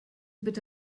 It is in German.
bitte